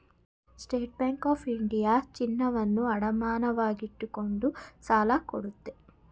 state Bank of India ಚಿನ್ನವನ್ನು ಅಡಮಾನವಾಗಿಟ್ಟುಕೊಂಡು ಸಾಲ ಕೊಡುತ್ತೆ